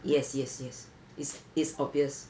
yes yes yes is it's obvious